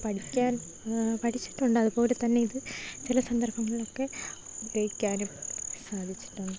പഠിക്കാൻ പഠിച്ചിട്ടുണ്ട് അത്പോലെത്തന്നെയിത് ചില സന്ദർഭങ്ങളിലൊക്കെ ഉപയോഗിക്കാനും സാധിച്ചിട്ടുണ്ട്